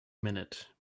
minute